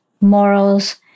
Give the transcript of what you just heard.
morals